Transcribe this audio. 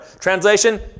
Translation